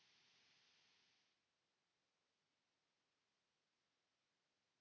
Kiitos.